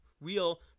real